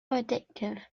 addictive